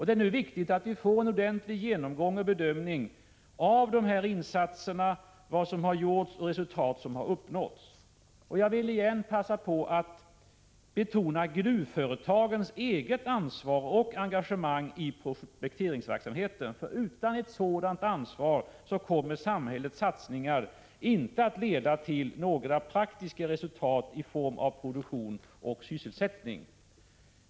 Det är nu viktigt att vi får en ordentlig genomgång och bedömning av dessa insatser, vad som har gjorts och vilka resultat som har uppnåtts. Jag vill igen passa på att betona gruvföretagens eget ansvar för och engagemang i prospekteringsverksamheten. Utan ett sådant ansvar kommer samhällets satsningar inte att leda till några praktiska resultat i form av produktion och sysselsättning.